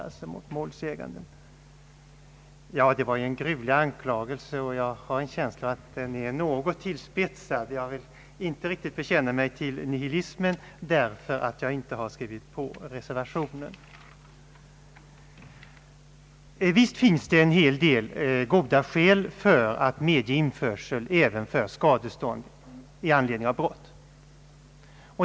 Det var en gruvlig anklagelse att bli beskylld för nihilism, och jag har en känsla av att den är något tillspetsad. Jag vill inte riktigt bekänna mig till nihilismen därför att jag skrivit på reservationen. Visst finns det en hel del goda skäl för att medge införsel även för skadestånd i anledning av brott.